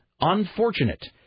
unfortunate